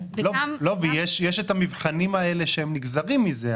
ויש את המבחנים האלה שהם נגזרים מזה,